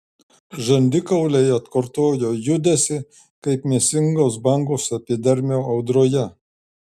žandikauliai atkartojo judesį kaip mėsingos bangos epidermio audroje